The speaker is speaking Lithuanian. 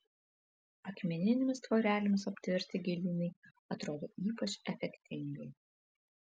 akmeninėmis tvorelėmis aptverti gėlynai atrodo ypač efektingai